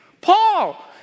Paul